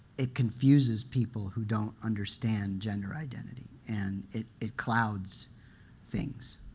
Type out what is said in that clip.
it confuses people who don't understand gender identity, and it it clouds things.